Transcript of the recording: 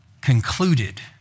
concluded